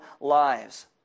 lives